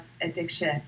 addiction